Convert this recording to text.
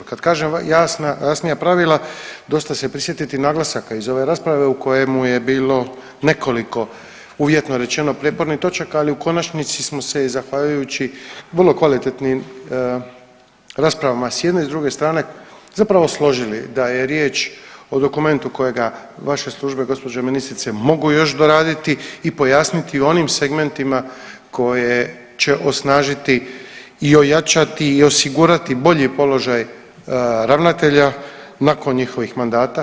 Kad kažem jasnija pravila dosta se prisjetiti naglasaka iz ove rasprave u kojemu je bilo nekoliko uvjetno rečeno prijepornih točaka, ali u konačnici smo se i zahvaljujući vrlo kvalitetnim raspravama i s jedne i s druge strane zapravo složili da je riječ o dokumentu kojega vaše službe gospođo ministrice mogu još doraditi i pojasniti u onim segmentima koje će osnažiti i ojačati i osigurati bolji položaj ravnatelja nakon njihovih mandata.